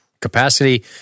Capacity